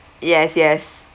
yes yes